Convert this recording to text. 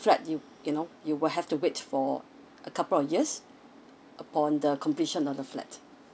flat you you know you will have to wait for a couple of years upon the completion of the flat